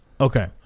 Okay